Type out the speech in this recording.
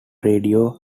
radio